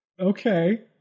Okay